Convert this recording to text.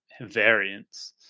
variance